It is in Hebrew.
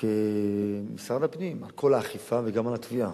כמשרד הפנים לכל האכיפה, וגם לתביעה.